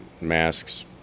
masks